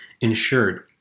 insured